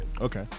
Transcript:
Okay